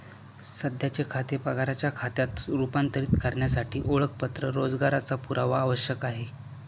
सध्याचे खाते पगाराच्या खात्यात रूपांतरित करण्यासाठी ओळखपत्र रोजगाराचा पुरावा आवश्यक आहे